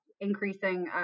increasing